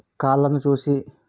కాళ్ళను చూసి